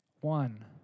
one